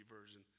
version